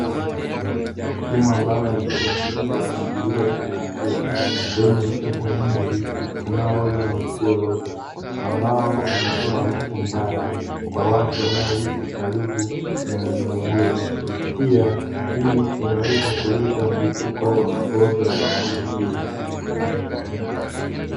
Shimo ambalo halijafunikwa, lililosakafiwa, lenye uchafu mwingi unaooza na usioozwa, ambao unatoa harufu mbaya kwa watu wanaoishi karibu na eneo hilo. Pia hii inaweza kuleta mlipuko wa magonjwa ya kuambukiza.